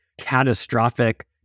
catastrophic